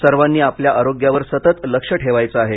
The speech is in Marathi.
सर्वांनी आपल्या आरोग्यावर सतत लक्ष ठेवायचं आहे